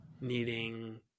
needing